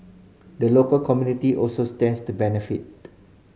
the local community also stands to benefit